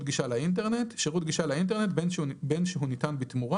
גישה לאינטרנט" שירות גישה לאינטרנט בין שהוא ניתן בתמורה